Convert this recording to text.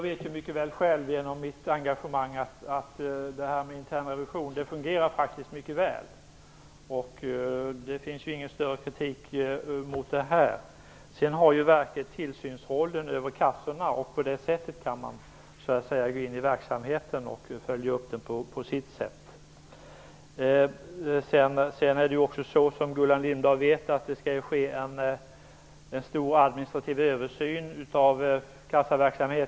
Herr talman! Genom mitt engagemang vet jag själv att detta med intern revision fungerar mycket väl. Det finns ingen större kritik mot detta. Verket har ju tillsynsrollen över kassorna. På det sättet kan man gå in i verksamheten och följa upp den. Som Gullan Lindblad vet skall det ske en stor administrativ översyn av kassaverksamheten.